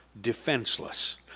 defenseless